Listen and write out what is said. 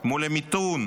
מול המיתון,